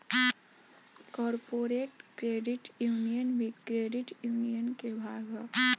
corporate credit union भी credit union के भाग ह